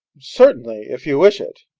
certainly, if you wish it.